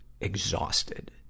exhausted